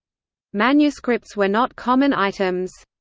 manuscripts were not common items.